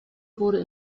wurde